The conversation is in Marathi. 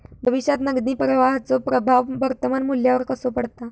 भविष्यात नगदी प्रवाहाचो प्रभाव वर्तमान मुल्यावर कसो पडता?